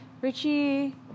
Richie